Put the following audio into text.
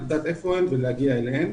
לדעת היכן הן ולהגיע אליהן